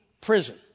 prison